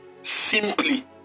simply